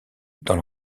dans